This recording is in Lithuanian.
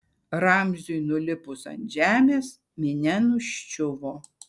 ramziui nulipus ant žemės minia nuščiuvo